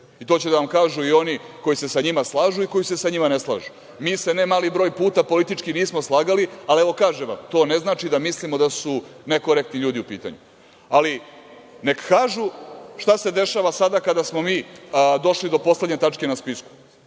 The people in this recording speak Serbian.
i to će da vam kažu i oni koji se sa njima slažu i koji se sa njima ne slažu. Mi se, ne mali broj puta politički nismo slagali, ali evo kažem vam, to ne znači da mislimo da su nekorektni ljudi u pitanju. Ali, neka kažu šta se dešava sada kada smo mi došli do poslednje tačke na spisku.